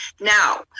Now